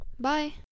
Bye